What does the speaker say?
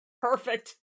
perfect